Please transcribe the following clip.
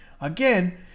Again